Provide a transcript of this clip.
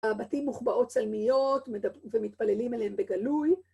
בבתים מוחבאות צלמיות ומתפללים עליהן בגלוי.